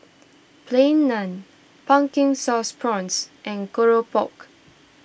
Plain Naan Pumpkin Sauce Prawns and Keropok